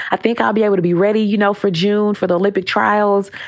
i think i'll be able to be ready, you know, for june for the olympic trials.